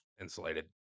insulated